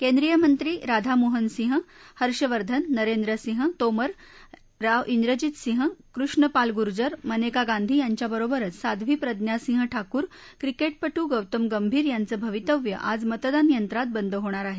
केंद्रीय मंत्री राधामोहन सिंह हर्षवर्धन नरेंद्र सिंह तोमर राव ड्रेजित सिंह कृष्ण पाल गुर्जर मनेका गांधी यांच्या बरोबरच साध्वी प्रज्ञा सिंह ठाकूर क्रिकेटपटू गोतम गंभीर यांचं भवितव्य आज मतदान यंत्रात बंद होणार आहे